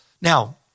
Now